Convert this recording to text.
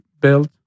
built